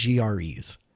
GREs